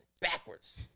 backwards